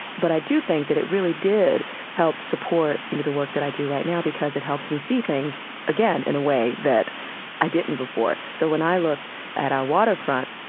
but i do think that it really did help support, you know, the work that i do right now because it helps me see things, again, in a way that i didn't before. so, when i looked at our waterfront,